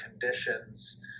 conditions